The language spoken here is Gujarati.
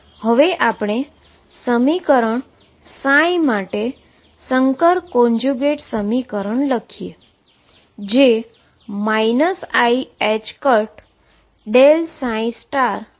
તો હવે હું સમીકરણ ψ માટે કોમ્પ્લેક્સ કોંજ્યુગેટનુ સમીકરણ લખીએ